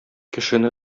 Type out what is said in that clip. кешене